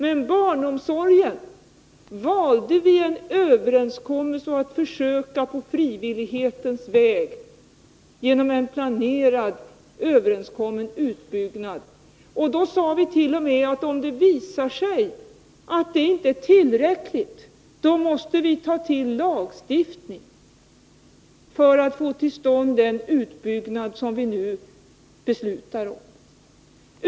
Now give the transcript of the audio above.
För barnomsorgen valde vi att försöka att på frivillighetens väg åstadkomma en planerad överenskommen utbyggnad. Men vi sade att om det visar sig att detta inte är tillräckligt måste vi ta till lagstiftning för att kunna fullfölja den utbyggnadsplan som vi hade fattat beslut om.